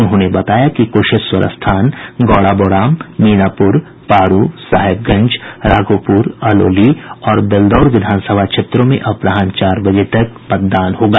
उन्होंने बताया कि क्शेश्वरस्थान गौड़ाबौराम मीनापुर पारू साहेबगंज राघोपुर अलौली और बेलदौर विधानसभा क्षेत्रों में अपराहन चार बजे तक मतदान होगा